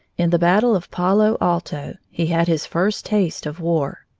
in the battle of palo alto he had his first taste of war.